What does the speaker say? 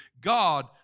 God